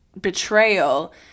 betrayal